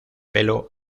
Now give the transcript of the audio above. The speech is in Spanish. pelo